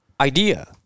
idea